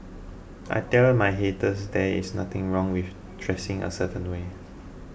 I tell my haters there is nothing wrong with dressing a certain way